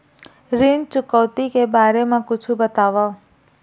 ऋण चुकौती के बारे मा कुछु बतावव?